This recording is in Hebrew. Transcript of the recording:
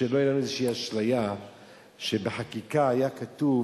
שלא תהיה איזו אשליה שבחקיקה היה כתוב,